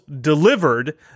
delivered